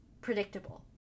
predictable